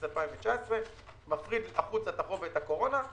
2019. הוא מפריד החוצה את החוב ואת הקורונה;